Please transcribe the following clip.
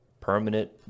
permanent